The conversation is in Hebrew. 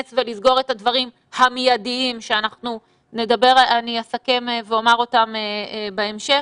ולסגור את הדברים המיידים שאני אסכם ואומר בהמשך.